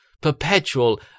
PERPETUAL